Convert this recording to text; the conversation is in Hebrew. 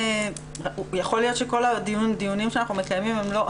יכול להיות שכל הדיונים שאנחנו מקיימים הם לא,